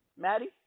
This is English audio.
Maddie